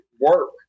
work